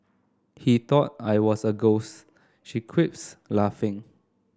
he thought I was a ghost she quips laughing